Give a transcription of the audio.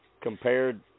compared